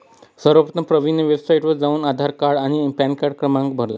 सर्वप्रथम प्रवीणने वेबसाइटवर जाऊन आधार कार्ड आणि पॅनकार्ड क्रमांक भरला